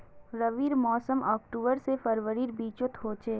रविर मोसम अक्टूबर से फरवरीर बिचोत होचे